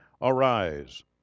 arise